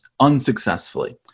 unsuccessfully